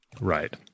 Right